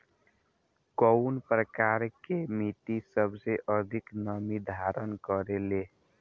कउन प्रकार के मिट्टी सबसे अधिक नमी धारण करे ले?